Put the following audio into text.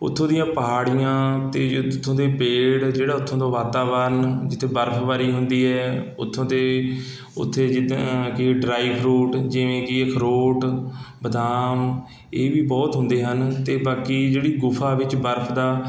ਉੱਥੋਂ ਦੀਆਂ ਪਹਾੜੀਆਂ ਅਤੇ ਉੱਥੋਂ ਦੇ ਪੇੜ ਜਿਹੜਾ ਉੱਥੋਂ ਦਾ ਵਾਤਾਵਰਨ ਜਿੱਥੇ ਬਰਫਬਾਰੀ ਹੁੰਦੀ ਹੈ ਉੱਥੋਂ ਦੇ ਉੱਥੇ ਜਿੱਦਾਂ ਕਿ ਡਰਾਈ ਫਰੂਟ ਜਿਵੇਂ ਕਿ ਅਖਰੋਟ ਬਦਾਮ ਇਹ ਵੀ ਬਹੁਤ ਹੁੰਦੇ ਹਨ ਅਤੇ ਬਾਕੀ ਜਿਹੜੀ ਗੁਫਾ ਵਿੱਚ ਬਰਫ ਦਾ